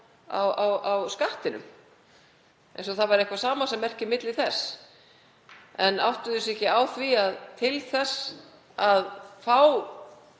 á skattinum, eins og það væri eitthvert samasemmerki milli þess, en áttuðu sig ekki á því að til þess að fá